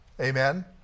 Amen